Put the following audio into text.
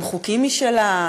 עם חוקים משלה,